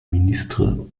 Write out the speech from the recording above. ministre